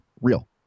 real